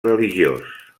religiós